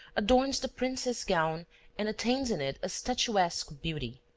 adorns the princesse gown and attains in it a statuesque beauty.